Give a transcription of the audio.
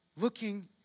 looking